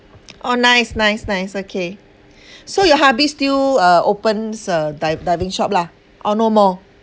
oh nice nice nice okay so your hubby still uh opens a dive diving shop lah oh no more